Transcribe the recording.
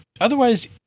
otherwise